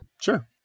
sure